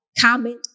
comment